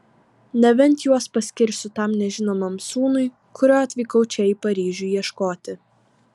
nebent juos paskirsiu tam nežinomam sūnui kurio atvykau čia į paryžių ieškoti